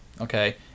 okay